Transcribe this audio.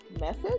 message